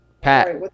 Pat